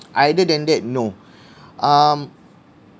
either than that no um